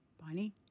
Bonnie